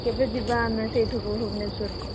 କେବେ ଯିବା ଆମେ ସେଇଠିକୁ ଭୁବନେଶ୍ୱରକୁ